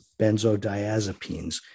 benzodiazepines